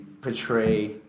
portray